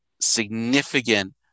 significant